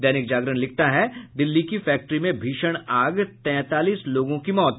दैनिक जागरण लिखता है दिल्ली की फैक्ट्री में भीषण आग तैंतालीस लोगों की मौत